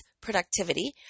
productivity